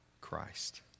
Christ